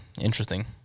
interesting